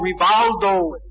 Rivaldo